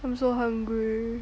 I'm so hungry